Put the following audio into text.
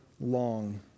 long